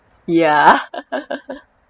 ya